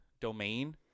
domain